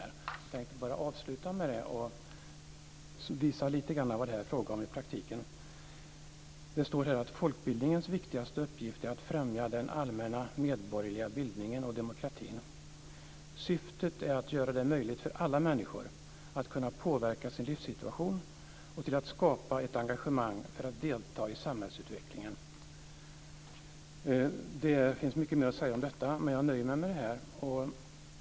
Jag tänkte bara avsluta med att visa lite grann vad det är fråga om i praktiken. Det står att folkbildningens viktigaste uppgift är att främja den allmänna medborgerliga bildningen och demokratin. Syftet är att göra det möjligt för alla människor att påverka sin livssituation och att skapa ett engagemang för att delta i samhällsutvecklingen. Det finns mycket mer att säga om detta, men jag nöjer mig med det här.